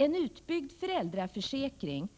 En utbyggnad av föräldraförsäkringen